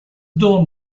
dawn